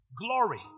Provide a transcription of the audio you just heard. glory